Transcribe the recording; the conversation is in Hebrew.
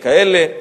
וכאלה,